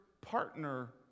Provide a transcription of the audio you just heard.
partner